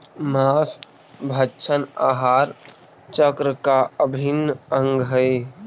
माँसभक्षण आहार चक्र का अभिन्न अंग हई